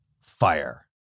fire